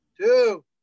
Two